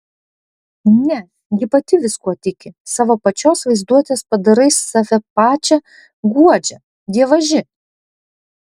ne ji pati viskuo tiki savo pačios vaizduotės padarais save pačią guodžia dievaži